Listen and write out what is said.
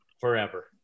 forever